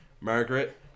Margaret